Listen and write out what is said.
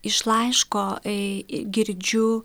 iš laiško girdžiu